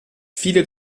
viele